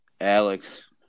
Alex